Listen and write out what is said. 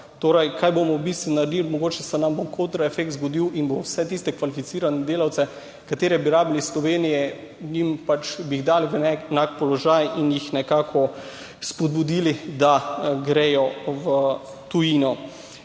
v bistvu naredili? Mogoče se nam bo kontra efekt zgodil in bo vse tiste kvalificirane delavce, katere bi rabili v Sloveniji, jim pač bi jih dali v enak položaj in jih nekako spodbudili, da gredo v tujino.